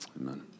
Amen